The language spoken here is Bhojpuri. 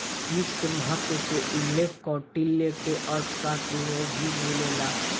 वित्त के महत्त्व के उल्लेख कौटिल्य के अर्थशास्त्र में भी मिलेला